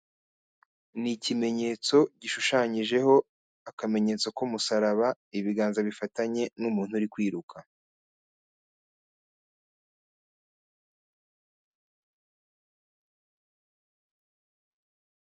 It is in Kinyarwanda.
Ni ikimenyetso gishushanyijeho akamenyetso k'umusaraba ibiganza bifatanye n'umuntu uri kwiruka.